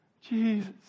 Jesus